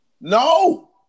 No